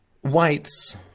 Whites